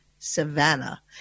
savannah